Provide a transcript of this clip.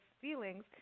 feelings